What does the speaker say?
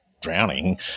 drowning